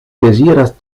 deziras